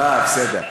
אה, בסדר.